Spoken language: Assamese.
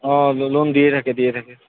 অঁ লোন দিয়ে থাকে দিয়ে থাকে